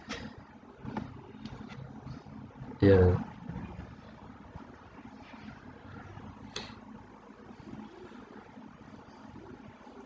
yeah